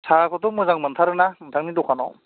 साहाखौथ' मोजां मोनथारोना नोंथांनि दखानाव